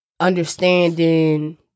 understanding